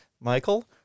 Michael